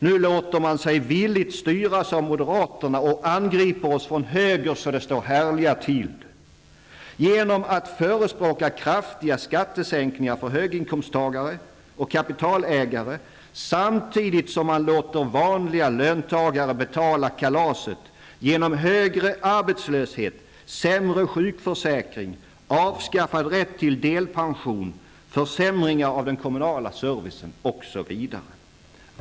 Nu låter man sig villigt styras av moderaterna och angriper oss från höger så det står härliga till genom att förespråka kraftiga skattesänkningar för höginkomsttagare och kapitalägare, samtidigt som man låter vanliga löntagare betala kalaset genom högre arbetslöshet, sämre sjukförsäkring, avskaffad rätt till delpension, försämringar av den kommunala servicen osv.